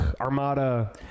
Armada